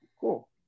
Cool